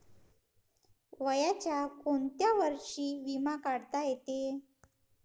वयाच्या कोंत्या वर्षी बिमा काढता येते?